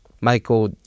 Michael